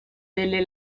delle